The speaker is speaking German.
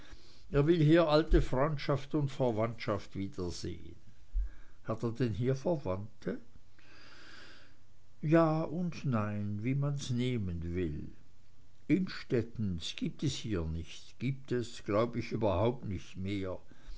er will hier alte freundschaft und verwandtschaft wiedersehen hat er denn hier verwandte ja und nein wie man's nehmen will innstettens gibt es hier nicht gibt es glaub ich überhaupt nicht mehr